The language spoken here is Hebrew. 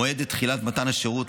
מועד תחילת מתן השירות,